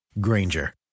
Granger